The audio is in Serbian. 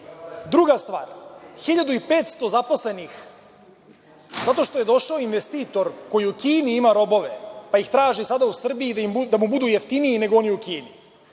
stvar. Druga stvar, 1.500 zaposlenih zato što je došao investitor koji u Kini ima robove, pa ih traži sada u Srbiji da mu budu jeftiniji nego oni u Kini.